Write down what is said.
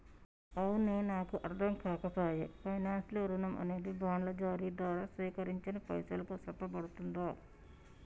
అవునే నాకు అర్ధంకాక పాయె పైనాన్స్ లో రుణం అనేది బాండ్ల జారీ దారా సేకరించిన పైసలుగా సెప్పబడుతుందా